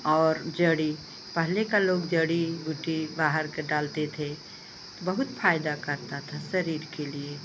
और जड़ी पहले का लोग जड़ी बूटी बाहर की डालते थे तो बहुत फ़ायदा करता था शरीर के लिए